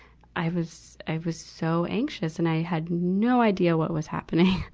i was, i was so anxious. and i had no idea what was happening.